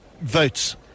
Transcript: votes